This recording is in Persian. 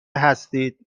هستید